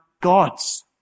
God's